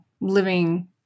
living